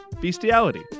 bestiality